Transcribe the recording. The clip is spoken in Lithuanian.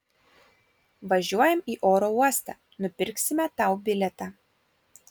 važiuojam į oro uostą nupirksime tau bilietą